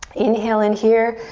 inhale in here.